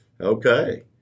Okay